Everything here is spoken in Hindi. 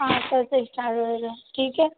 हाँ कल से स्टार्ट हो जाएगा ठीक है